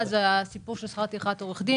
אחד, הסיפור של שכר טרחת עורכי הדין